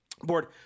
board